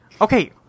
Okay